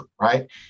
right